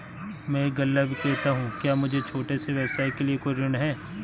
मैं एक गल्ला विक्रेता हूँ क्या मेरे छोटे से व्यवसाय के लिए कोई ऋण है?